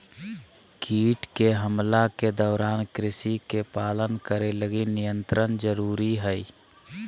कीट के हमला के दौरान कृषि के पालन करे लगी नियंत्रण जरुरी हइ